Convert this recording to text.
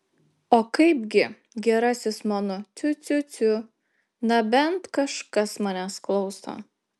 o kaipgi gerasis mano ciu ciu ciu na bent kažkas manęs klauso